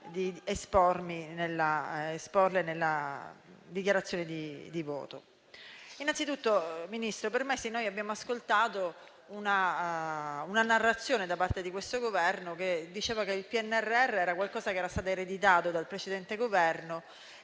di esporre anche in dichiarazione di voto. Innanzitutto, signor Ministro, per mesi abbiamo ascoltato una narrazione da parte di questo Governo, che diceva che il PNRR era qualcosa che era stato ereditato dal precedente Governo